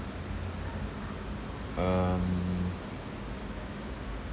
um